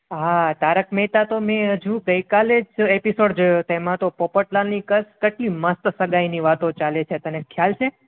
હા તારક મેહતા તો મેં હજુ ગઈકાલે જ એનો એપિસોડ જોયો તેમાં તો પોપટલાલની કેટલી મસ્ત સગાઈની વાતો ચાલે છે તને ખ્યાલ છે